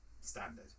standard